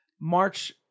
March